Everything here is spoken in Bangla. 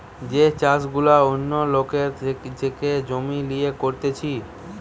যে চাষ গুলা অন্য লোকের থেকে জমি লিয়ে করতিছে